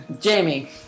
Jamie